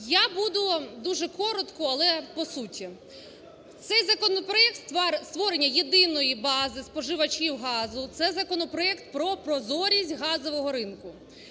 Я буду дуже коротко, але по суті. Цей законопроект створення єдиної бази споживачів газу. Це законопроект про прозорість газового ринку.